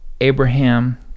Abraham